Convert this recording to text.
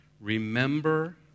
Remember